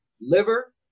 liver